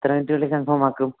എത്ര മിനിറ്റിനുള്ളില് കൺഫേമാക്കും